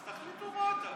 אז תחליטו מה אתם.